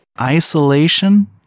Isolation